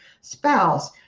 spouse